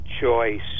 choice